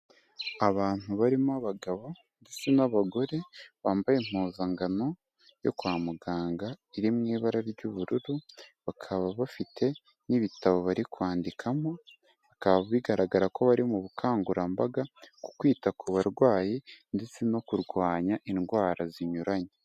Abantu barimo abagabo ndetse n'abagore bambaye impuzangano yo kwa muganga iri mu ibara ry'ubururu, bakaba bafite n'ibitabo bari kwandikamo bikaba bigaragara ko bari mu bukangurambaga, ku kwita ku barwayi ndetse no kurwanya indwara zinyuranye.